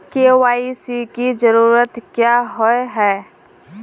KYC की जरूरत क्याँ होय है?